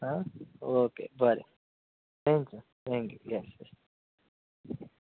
आं ओके बरें thanks thank you येस